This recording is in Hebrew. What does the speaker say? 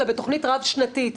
אלא בתכנית רב-שנתית.